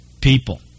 people